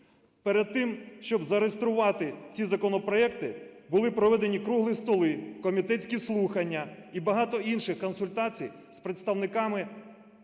Перед тим, щоб зареєструвати ці законопроекти, були проведені круглі столи, комітетські слухання і багато інших консультацій з представниками